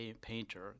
painter